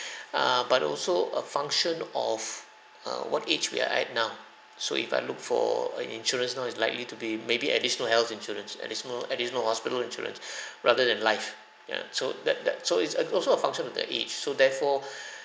err but also a function of err what age we are at now so if I look for a insurance now it's likely to be maybe additional health insurance and a small additional hospital insurance rather than life ya so that that so it's also a function of the age so therefore